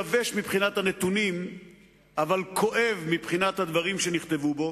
יבש מבחינת הנתונים אבל כואב מבחינת הדברים שנכתבו בו,